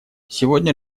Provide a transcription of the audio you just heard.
сегодня